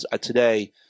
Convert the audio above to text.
today